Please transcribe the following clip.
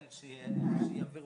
אבל זו הדרך היחידה שסיימתי